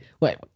Wait